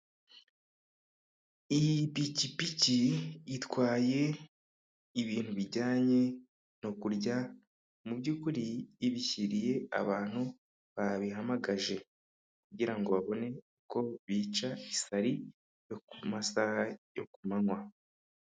Iyi pikipiki itwaye ibintu bijyanye no kurya mu by'ukuri ibishyiriye abantu babihamagaje, kugira ngo babone uko bica isari yo ku masaha yo ku manywa.